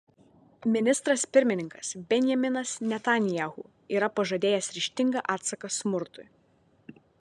ministras pirmininkas benjaminas netanyahu yra pažadėjęs ryžtingą atsaką smurtui